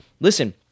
listen